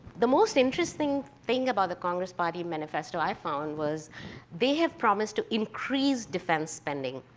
the most interesting thing about the congress party manifesto i found was they have promised to increase defense spending.